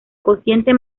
cociente